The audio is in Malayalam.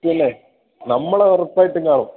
പിന്നെ നമ്മളുറപ്പായിട്ടും കാണും